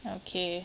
okay